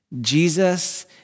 Jesus